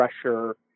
pressure